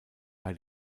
bei